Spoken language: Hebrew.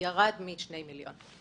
הוא ירד משני מיליון.